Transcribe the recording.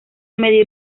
medir